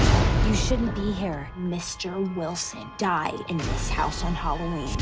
you shouldn't be here. mr. wilson died in this house on halloween.